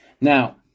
Now